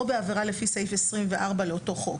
או בעבירה לפי סעיף 24 לאותו חוק."